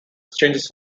changes